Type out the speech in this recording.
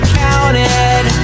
counted